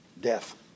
death